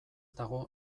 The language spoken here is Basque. dago